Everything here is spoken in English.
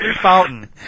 fountain